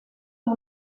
amb